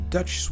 Dutch